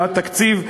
לתקציב.